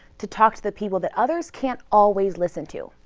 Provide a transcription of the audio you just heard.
to talk to the people that others can't always listen to,